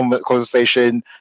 conversation